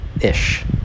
Ish